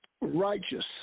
righteous